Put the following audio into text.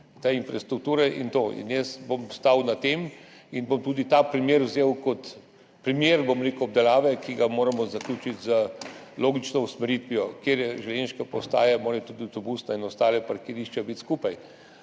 ta infrastruktura in to. Jaz bom stal za tem in bom tudi ta primer vzel kot primer, bom rekel, obdelave, ki ga moramo zaključiti z logično usmeritvijo. Kjer je železniška postaja, morajo tudi avtobusna in ostala parkirišča biti skupaj.